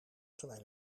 terwijl